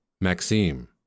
Maxime